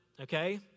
okay